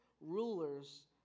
rulers